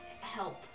help